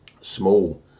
small